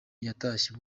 yatashye